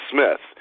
Smith